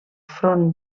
front